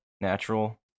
natural